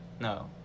No